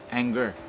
anger